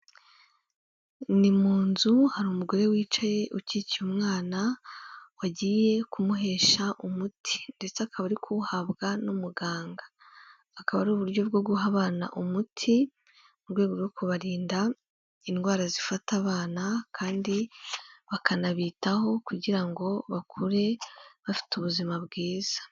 Ni munzu hari umugore wicaye ukikiye umwana wagiye kumuhesha umuti, ndetse akaba ari kuwuhabwa n'umuganga. Akaba ari uburyo bwo guha abana umuti mu rwego rwo kubarinda indwara zifata abana, kandi bakanabitaho kugira ngo bakure bafite ubuzima bwiza.